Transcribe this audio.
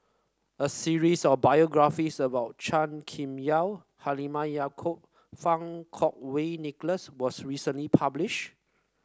a series of biographies about Chua Kim Yeow Halimah Yacob Fang Kuo Wei Nicholas was recently published